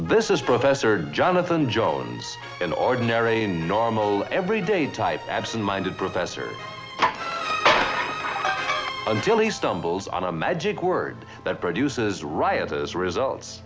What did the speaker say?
this is professor jonathan jones an ordinary normal every day type absent minded professor until he stumbles on a magic word that produces riotous results